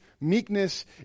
meekness